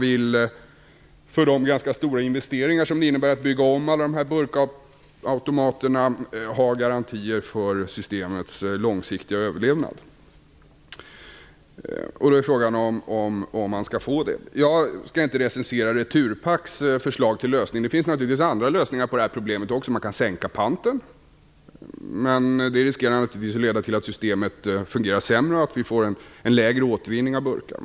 Inför de ganska stora investeringar som det innebär att bygga om alla burkautomater vill man ha garantier för systemets långsiktiga överlevnad. Frågan är om man skall få det. Jag skall inte recensera Returpacks förslag till lösning. Det finns naturligtvis andra lösningar på det här problemet också. Man kan sänka pantavgiften, men risken är naturligtvis att det leder till att systemet fungerar sämre och att vi får en lägre återvinning av burkar.